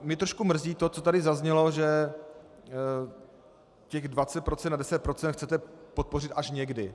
Mě trošku mrzí to, co tady zaznělo, že těch 20 % a 10 % chcete podpořit až někdy.